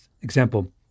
example